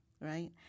right